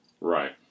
Right